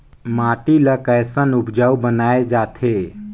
माटी ला कैसन उपजाऊ बनाय जाथे?